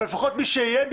אבל לפחות מי שיהיה,